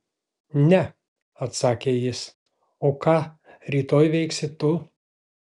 ne atsakė jis o ką rytoj veiksi tu